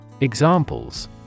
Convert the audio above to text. Examples